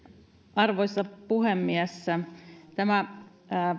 arvoisa puhemies tämä